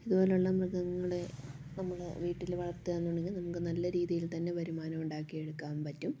ഇതുപോലുള്ള മൃഗങ്ങളെ നമ്മുടെ വീട്ടിൽ വളർത്തുക എന്നുണ്ടെങ്കിൽ നമുക്ക് നല്ല രീതിയിൽ തന്നെ വരുമാനം ഉണ്ടാക്കിയെടുക്കാൻ പറ്റും